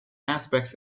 aspects